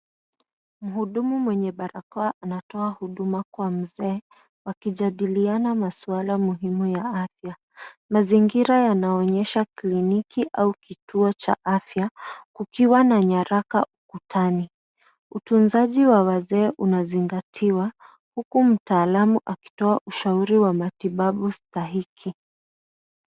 Mhudumu mwenye barakoa anatoa huduma kwa mzee wakijadiliana maswala muhimu ya afya. Mazingira yanaonyesha kliniki au kituo cha afya kikiwa na nyaraka ukutani. Utunzaji wa wazee unazingatiwa huku mtaalam akito ushauri wa matibabu stahiki.